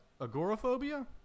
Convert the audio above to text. agoraphobia